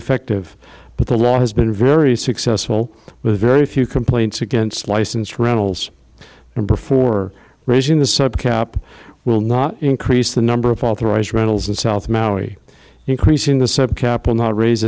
effective but the law has been very successful with very few complaints against licensed rentals and before raising the sub cap will not increase the number of authorized rentals in south maui increasing the sub cap and not raise